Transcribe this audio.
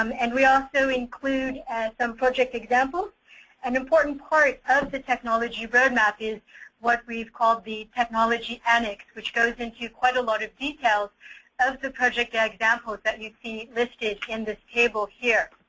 um and we also include and some project examples and important part of the technology roadmap is what we call the technology annex which goes into quite a lot of details of the project yeah examples that you see listed in this this table here.